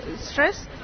stress